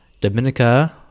Dominica